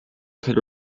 could